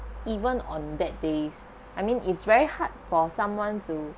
even on bad days I mean it's very hard for someone to